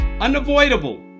unavoidable